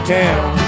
town